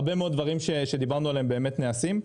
הרבה מאוד דברים שדיברנו עליהם באמת נעשים,